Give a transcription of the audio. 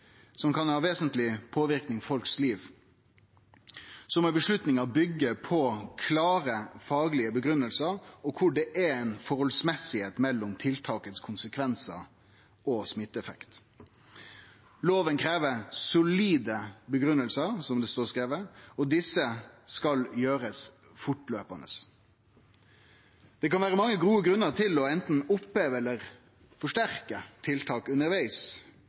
kan ha vesentleg påverknad på folks liv, må vedtaket byggje på klare faglege grunngivingar, og det må vere samhøve mellom konsekvensane av tiltaket og smitteeffekt. Loven krev solide grunngivingar, som det står skrive, og desse skal gjerast fortløpande. Det kan vere mange gode grunnar til anten å oppheve eller forsterke tiltak